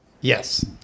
Yes